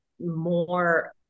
more